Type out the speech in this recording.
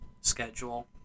schedule